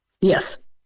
Yes